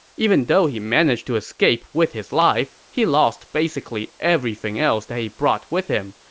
even though he managed to escape with his life, he lost basically everything else that he brought with him.